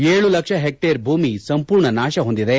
ಏಳು ಲಕ್ಷ ಹೆಕ್ಟೇರ್ ಭೂಮಿ ಸಂಪೂರ್ಣ ನಾಶ ಹೊಂದಿದೆ